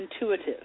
intuitive